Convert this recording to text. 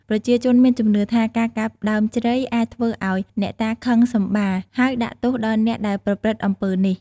ប្រជាជនមានជំនឿថា ការកាប់ដើមជ្រៃអាចធ្វើឱ្យអ្នកតាខឹងសម្បារហើយដាក់ទោសដល់អ្នកដែលប្រព្រឹត្តអំពើនេះ។